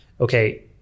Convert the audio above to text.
okay